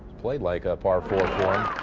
played like a par four for him.